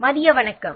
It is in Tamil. மதிய வணக்கம்